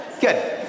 Good